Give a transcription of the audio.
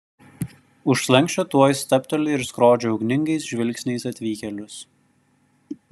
už slenksčio tuoj stabteli ir skrodžia ugningais žvilgsniais atvykėlius